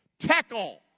Tackle